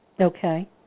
Okay